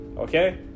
okay